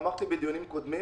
אמרתי בדיונים קודמים